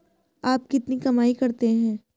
आप कितनी कमाई करते हैं?